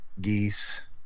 Geese